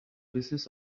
business